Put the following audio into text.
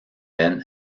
ben